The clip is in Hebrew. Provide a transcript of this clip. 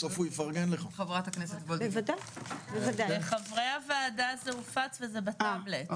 לחברי הוועדה זה הופץ וזה בטאבלט.